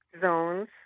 zones